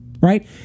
right